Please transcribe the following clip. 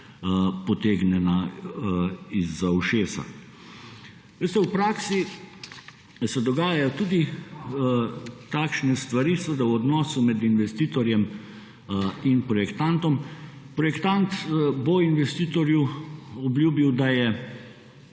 potegnjena izza ušesa. Veste, v praksi se dogajajo tudi takšne stvari, seveda, v odnosu med investitorjem in projektantom. Projektant bo investitorju obljubil, da je